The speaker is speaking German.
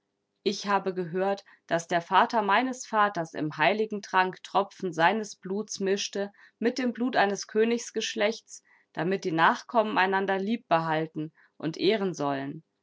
ich habe gehört daß der vater meines vaters im heiligen trank tropfen seines blutes mischte mit dem blut eines königsgeschlechts damit die nachkommen einander liebbehalten und ehren sollen